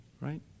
right